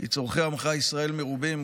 כי צורכי עמך ישראל מרובים,